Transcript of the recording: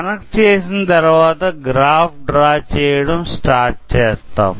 connect చేసిన తరువాత graph draw చేయడం స్టార్ట్ చేస్తాము